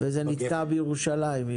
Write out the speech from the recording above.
וזה נתקע בירושלים.